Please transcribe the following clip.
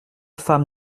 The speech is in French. femme